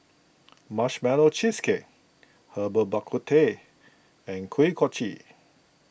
Marshmallow Cheesecake Herbal Bak Ku Teh and Kuih Kochi